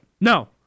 No